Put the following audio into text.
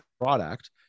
product